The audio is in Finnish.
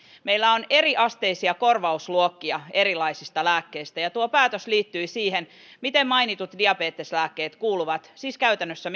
meillä on eriasteisia korvausluokkia erilaisista lääkkeistä ja tuo päätös liittyi siihen mihin korvausluokkaan mainitut diabeteslääkkeet käytännössä